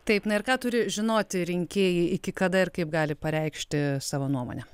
taip na ir ką turi žinoti rinkėjai iki kada ir kaip gali pareikšti savo nuomonę